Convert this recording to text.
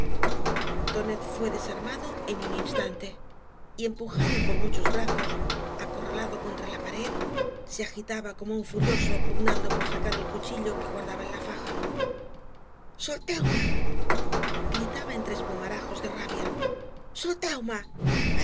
tonet fué desarmado en un instante y empuja v blasco ibáñbz do por muchos brazos acorralado contra la pared se agitaba como un furioso pugnando por sacar el cuchillo que guardaba en la faja solteume gritaba entre espumarajos de rabia